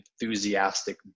enthusiastic